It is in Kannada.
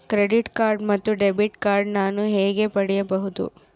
ಕ್ರೆಡಿಟ್ ಕಾರ್ಡ್ ಮತ್ತು ಡೆಬಿಟ್ ಕಾರ್ಡ್ ನಾನು ಹೇಗೆ ಪಡೆಯಬಹುದು?